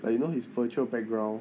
like you know his virtual background